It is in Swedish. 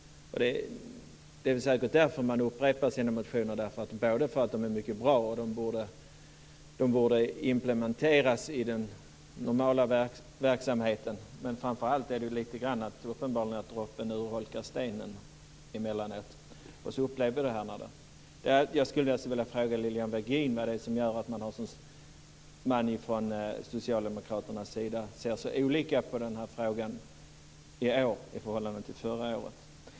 Det är säkert därför man upprepar sina motioner. Man gör det både för att de är mycket bra och borde implementeras i den normala verksamheten och uppenbarligen för att droppen urholkar stenen emellanåt. Jag skulle vilja fråga Lilian Virgin vad det är som gör att man från Socialdemokraternas sida ser så olika på den här frågan i år jämfört med förra året.